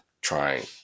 trying